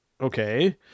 Okay